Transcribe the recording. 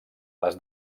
les